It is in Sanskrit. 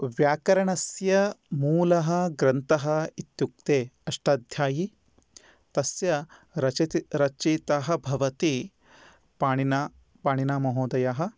व्याकरणस्य मूलः ग्रन्थः इत्युक्ते अष्टाध्यायी तस्य रचित रचितः भवति पाणिना पाणिनीमहोदयः